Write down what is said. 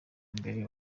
mbere